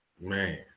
man